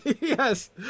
yes